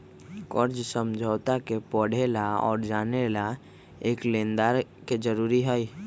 कर्ज समझौता के पढ़े ला और जाने ला एक लेनदार के जरूरी हई